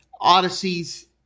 Odyssey's